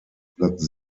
platz